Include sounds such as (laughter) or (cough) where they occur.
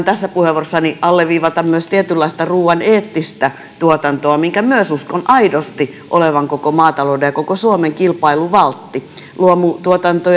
(unintelligible) tässä puheenvuorossani alleviivata myös tietynlaista ruuan eettistä tuotantoa minkä myös uskon aidosti olevan koko maatalouden ja koko suomen kilpailuvaltti luomutuotanto (unintelligible)